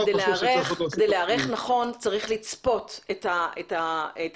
כדי להיערך נכון צריך לצפות את התסריטים,